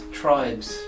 tribes